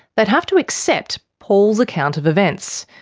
they'd have to accept paul's account of events.